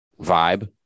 vibe